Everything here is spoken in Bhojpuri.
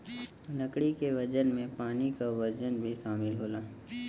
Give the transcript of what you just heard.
लकड़ी के वजन में पानी क वजन भी शामिल होला